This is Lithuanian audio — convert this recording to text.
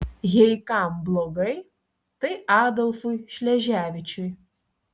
jei kam blogai tai adolfui šleževičiui